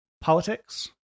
politics